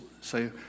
say